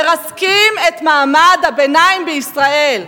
מרסקים את מעמד הביניים בישראל.